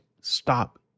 stop